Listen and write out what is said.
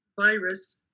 virus